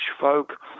folk